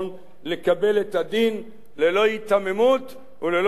לקבל את הדין ללא היתממות וללא התחכמות.